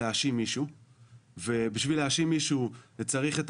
להאשים מישהו ובשביל להאשים מישהו צריך את